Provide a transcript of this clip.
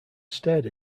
stared